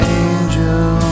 angel